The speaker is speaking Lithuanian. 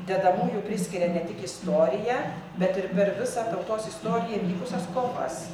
dedamųjų priskiria ne tik istoriją bet ir per visą tautos istoriją vykusias kovas